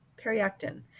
Periactin